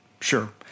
sure